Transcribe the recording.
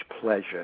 pleasure